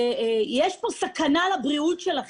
יש סכנה לבריאות שלכם,